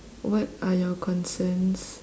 what are your concerns